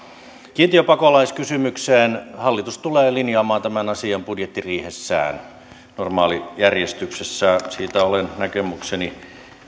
kiintiöpakolaiskysymykseen hallitus tulee linjaamaan tämän asian budjettiriihessään normaalijärjestyksessä siitä olen näkemykseni